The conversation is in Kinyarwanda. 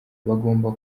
bagomba